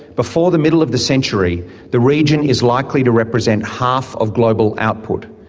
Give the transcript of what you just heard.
before the middle of the century the region is likely to represent half of global output,